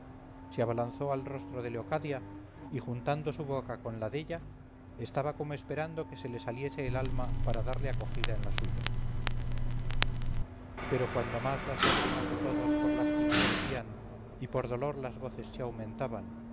se abalanzó al rostro de leocadia y juntando su boca con la della estaba como esperando que se le saliese el alma para darle acogida en la suya pero cuando más las lágrimas de todos por lástima crecían y por dolor las voces se aumentaban